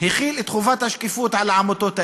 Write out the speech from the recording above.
החיל את חובת השקיפות על העמותות האלה,